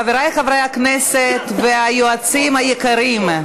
חבריי חברי הכנסת והיועצים היקרים,